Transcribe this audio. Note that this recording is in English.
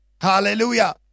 Hallelujah